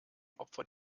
opfer